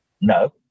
No